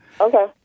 Okay